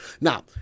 Now